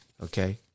okay